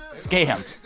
scammed,